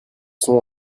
sont